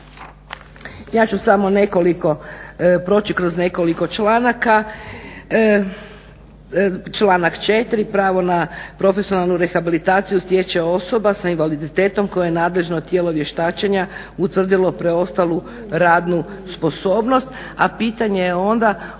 Ja ću samo nekoliko, proći kroz nekoliko članaka. Članak 4. pravo na profesionalnu rehabilitaciju stječe osoba sa invaliditetom kojoj je nadležno tijelo vještačenja utvrdilo preostalu radnu sposobnost, a pitanje je onda